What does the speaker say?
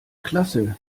klasse